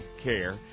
care